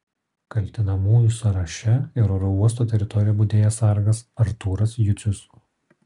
kaltinamųjų sąraše ir oro uosto teritorijoje budėjęs sargas artūras jucius